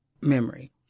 memory